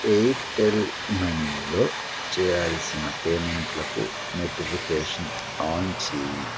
Airtel మనీలో చేయాల్సిన పేమెంట్లకు నోటిఫికేషన్ ఆన్ చేయి